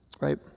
Right